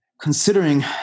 considering